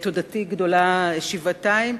תודתי גדולה שבעתיים,